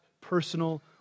personal